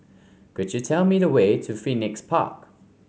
could you tell me the way to Phoenix Park